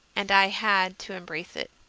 and i had to embrace it.